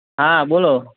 હા બોલો